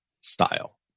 style